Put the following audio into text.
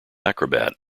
acrobat